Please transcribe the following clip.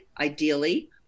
ideally